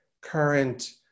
current